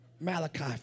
Malachi